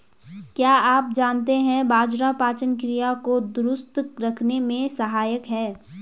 क्या आप जानते है बाजरा पाचन क्रिया को दुरुस्त रखने में सहायक हैं?